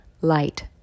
light